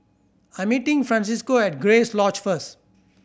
I'm meeting Francisco at Grace Lodge first